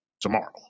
tomorrow